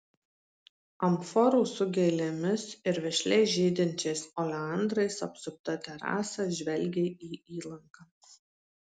amforų su gėlėmis ir vešliai žydinčiais oleandrais apsupta terasa žvelgė į įlanką